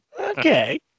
Okay